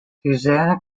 suzanne